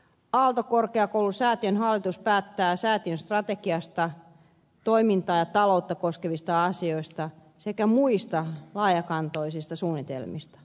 aalto korkeakoulun säätiön hallitus päättää säätiön strategiasta toimintaa ja taloutta koskevista asioista sekä muista laajakantoisista suunnitelmista